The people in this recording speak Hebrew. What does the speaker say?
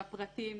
כשנרד לפרטים,